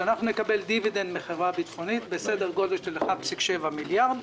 שאנחנו נקבל דיווידנד מחברה ביטחונית בסדר גודל של 1.7 מיליארד,